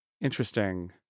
Interesting